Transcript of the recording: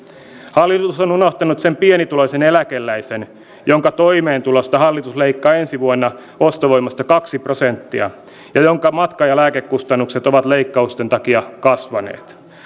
hallitus on on unohtanut sen pienituloisen eläkeläisen jonka toimeentulosta hallitus leikkaa ensi vuonna ostovoimasta kaksi prosenttia ja jonka matka ja lääkekustannukset ovat leikkausten takia kasvaneet